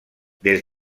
des